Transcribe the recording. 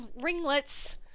ringlets